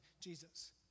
Jesus